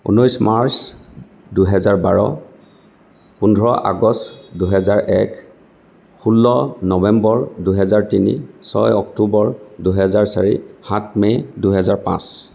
ঊনৈছ মাৰ্চ দুহেজাৰ বাৰ পোন্ধৰ আগষ্ট দুহেজাৰ এক ষোল্ল নৱেম্বৰ দুহেজাৰ তিনি ছয় অক্টোবৰ দুহেজাৰ চাৰি সাত মে' দুহেজাৰ পাঁচ